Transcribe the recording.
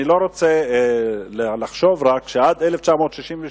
אני לא רוצה לחשוב רק שעד 1962,